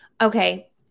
Okay